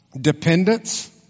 Dependence